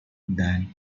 than